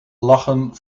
lachen